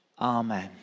amen